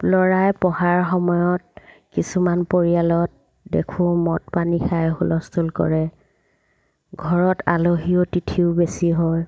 ল'ৰাই পঢ়াৰ সময়ত কিছুমান পৰিয়ালত দেখোঁ মদ পানী খাই হুলস্থুল কৰে ঘৰত আলহী অতিথিও বেছি হয়